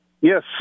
Yes